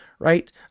Right